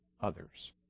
others